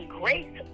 great